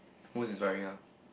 who is wearing ah